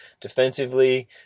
defensively